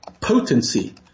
potency